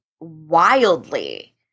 wildly